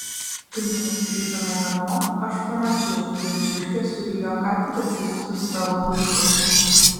kai mes grįžome namo aš pamačiau jog žiurkė surijo ką tik atsivestus savo vaikus